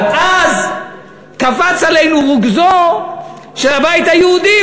אבל אז קפץ עלינו רוגזו של הבית היהודי.